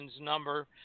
number